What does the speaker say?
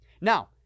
Now